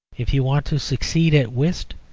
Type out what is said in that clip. if you want to succeed at whist,